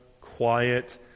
quiet